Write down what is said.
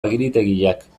agiritegiak